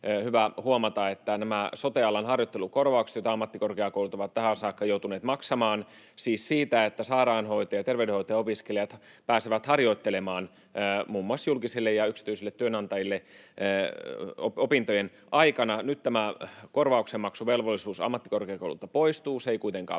hyvä huomata, että nyt nämä sote-alan harjoittelukorvaukset, joita ammattikorkeakoulut ovat tähän saakka joutuneet maksamaan, siis siitä, että sairaanhoitaja- ja terveydenhoitajaopiskelijat pääsevät harjoittelemaan muun muassa julkisille ja yksityisille työnantajille opintojen aikana, poistuvat, tämä korvauksenmaksuvelvollisuus ammattikorkeakouluilta poistuu. Se ei kuitenkaan